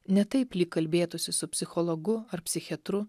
ne taip lyg kalbėtųsi su psichologu ar psichiatru